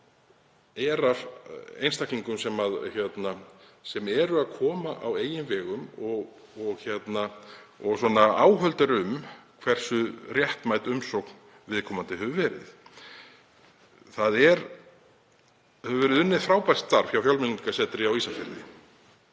er af einstaklingum sem eru að koma á eigin vegum og áhöld eru um hversu réttmæt umsókn viðkomandi hefur verið. Það hefur verið unnið frábært starf hjá Fjölmenningarsetri á Ísafirði.